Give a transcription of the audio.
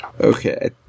Okay